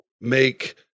make